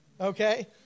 Okay